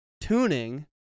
tuning